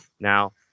now